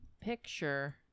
picture